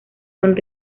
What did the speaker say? son